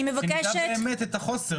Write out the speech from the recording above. שנדע באמת את החוסר,